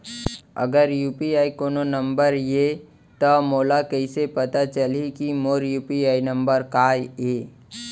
अगर यू.पी.आई कोनो नंबर ये त मोला कइसे पता चलही कि मोर यू.पी.आई नंबर का ये?